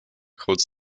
called